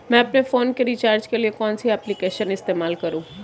मैं अपने फोन के रिचार्ज के लिए कौन सी एप्लिकेशन इस्तेमाल करूँ?